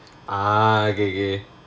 ah okay okay